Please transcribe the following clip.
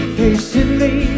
patiently